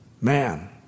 Man